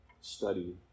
study